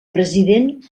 president